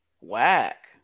whack